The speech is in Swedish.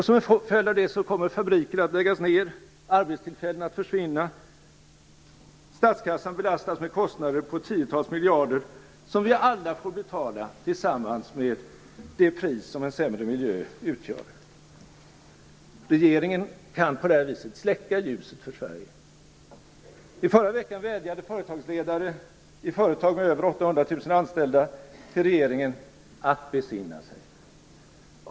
Som en följd av det kommer fabriker att läggas ned och arbetstillfällen att försvinna. Statskassan belastas med kostnader på tiotals miljarder kronor som vi alla får betala tillsammans med det pris som en sämre miljö utgör. Regeringen kan på det här viset släcka ljuset för Sverige. I förra veckan vädjade företagsledare i företag med över 800 000 anställda till regeringen att besinna sig.